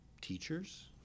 teachers